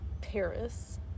Paris